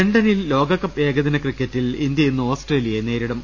ലണ്ടനിൽ ലോകകപ്പ് ഏകദിന ക്രിക്കറ്റിൽ ഇന്ത്യ ഇന്ന് ഓസ്ട്രേലിയയെ നേരിടും